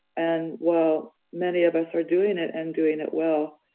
and while many of us are doing it and doing it well,